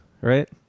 right